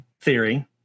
theory